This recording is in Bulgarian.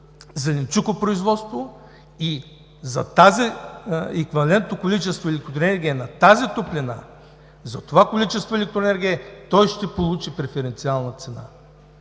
за зеленчукопроизводство и за това еквивалентно количество електроенергия на тази топлина, за това количество електроенергия, той ще получи преференциална цена.